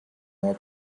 more